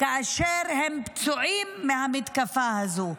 כאשר הם פצועים מהמתקפה הזו.